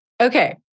Okay